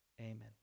amen